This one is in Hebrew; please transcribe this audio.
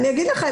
אני אגיד לכם.